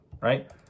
right